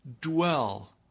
dwell